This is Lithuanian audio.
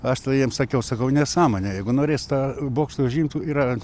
aš tada jiem sakiau sakau nesąmonė jeigu norės tą bokštą užimt yra